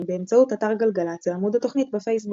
באמצעות אתר גלגלצ ועמוד התוכנית בפייסבוק.